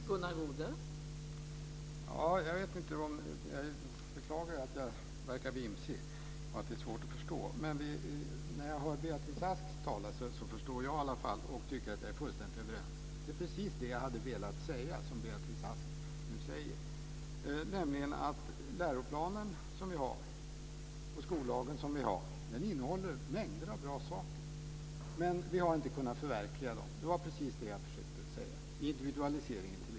Fru talman! Jag beklagar om jag verkar vara vimsig och svår att förstå. Jag förstår i alla fall det som Beatrice Ask säger och är fullständigt överens med henne. Det som Beatrice Ask nu säger är precis det som jag hade velat säga, nämligen att den läroplan och den skollag som vi har innehåller mängder av bra saker men att vi inte har kunnat förverkliga dem. Det gäller t.ex. individualiseringen.